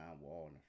Wall